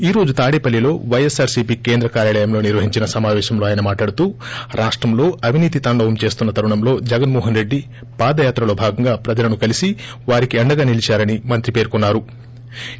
ఈ రోజు తాడేపల్లిలో వైఎస్పార్సీపీ కేంద్ర కార్యాలయంలో నిర్వహించిన సమాపేశంలో ఆయన మాట్లాడుతూ రాష్టంలో అవినీతి తాండవం చేస్తున్న తరుణంలో జగన్ మోహన్ రెడ్డి పాదయాత్రలో భాగంగా ప్రజలను కలీసి వారికి అండగా నిలీచారని మంత్రి పేర్కొన్సారు